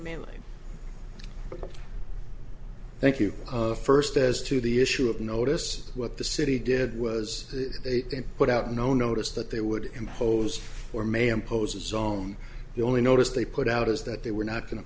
mailing thank you of first as to the issue of notice what the city did was they put out no notice that they would impose or may impose a zone the only notice they put out is that they were not going to